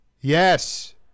Yes